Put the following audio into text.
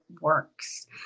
works